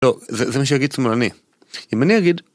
לא, זה, זה מה שיגיד שמאלני. אם אני אגיד...